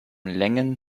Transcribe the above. längen